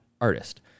artist